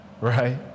right